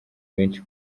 benshi